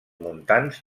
montans